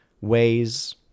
ways